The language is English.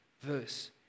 verse